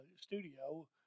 studio